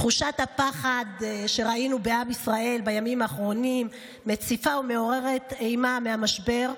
תחושת הפחד שראינו בעם ישראל בימים האחרונים מציפה ומעוררת אימה מהמשבר,